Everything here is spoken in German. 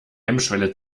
hemmschwelle